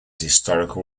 historical